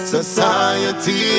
Society